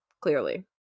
clearly